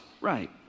right